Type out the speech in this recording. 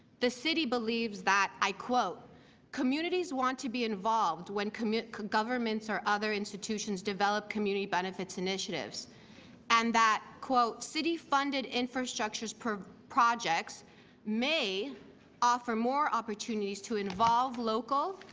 the city believes that i quote communities want to be involved when governments or other institutions develop community benefits initiatives and that quote city funded infrastructure projects may offer more opportunities to involve local